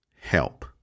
help